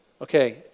Okay